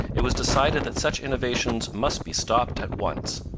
it was decided that such innovations must be stopped at once.